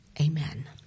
Amen